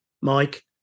Mike